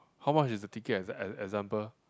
how much is the ticket exe~ example